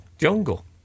jungle